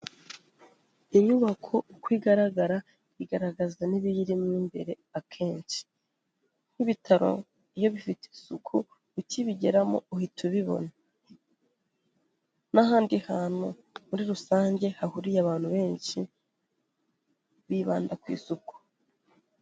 Inyubako uko igaragara igaragaza n'ibiyirimo imbere akenshi, nk'ibitaro iyo bifite isuku ukibigeramo uhita ubibona, n'ahandi hantu muri rusange hahuriye abantu benshi bibanda ku isuku.